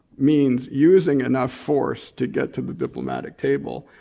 means using enough force to get to the diplomatic table,